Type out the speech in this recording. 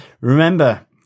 remember